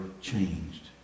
changed